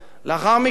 לאחר מכן,